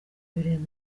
birindwi